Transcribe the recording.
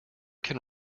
can